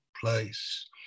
place